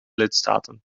lidstaten